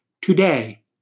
today